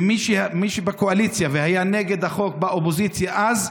ומי שבקואליציה והיה נגד החוק באופוזיציה אז,